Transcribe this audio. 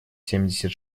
семьдесят